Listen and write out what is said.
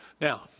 Now